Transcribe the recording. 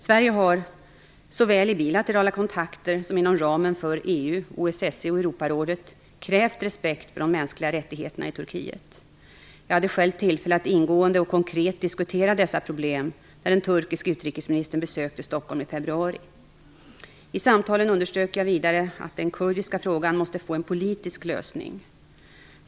Sverige har, såväl i bilaterala kontakter som inom ramen för EU, OSSE och Europarådet, krävt respekt för de mänskliga rättigheterna i Turkiet. Jag hade själv tillfälle att ingående och konkret diskutera dessa problem när den turkiske utrikesministern besökte Stockholm i februari. I samtalen underströk jag vidare att den kurdiska frågan måste få en politisk lösning.